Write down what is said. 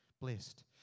blessed